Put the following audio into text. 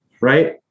right